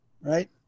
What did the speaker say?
right